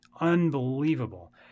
unbelievable